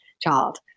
child